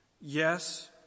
yes